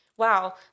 wow